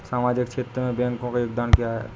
सामाजिक क्षेत्र में बैंकों का योगदान क्या है?